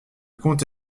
comte